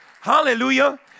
hallelujah